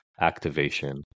activation